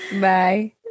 bye